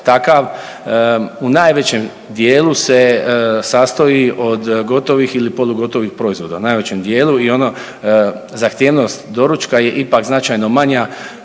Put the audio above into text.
u najvećem dijelu se sastoji od gotovih ili polugotovih proizvoda, najvećem dijelu i ono zahtjevnost doručka je ipak značajno manja